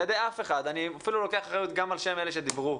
ידי מישהו - אני אפילו לוקח אחריות גם על אלה שדיברו,